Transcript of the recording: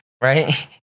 right